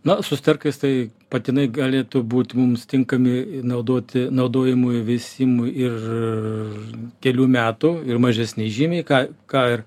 na su sterkais tai patinai galėtų būt mums tinkami naudoti naudojimui veisimui ir kelių metų ir mažesni žymiai ką ką ir